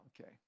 okay